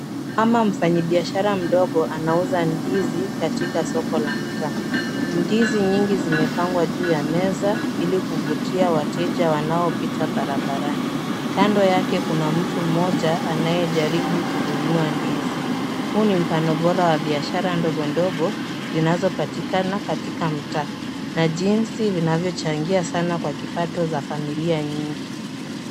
Mama mfanyi biashara mdogo anauza ndizi katika soko la mtaa. Ndizi nyingi zimepangwa juu ya meza ili kuvutia wateja wanaopita barabarani. kando yake kuna mtu moja anayejaribu kununua ndizi. Huu ni mfano bora wa biashara ndogondogo zinazopatikana katika mtaa na jinsi vinavyochangia sana kwa kipato za familia nyingi.